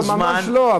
לא, ממש לא.